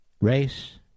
race